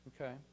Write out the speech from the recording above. okay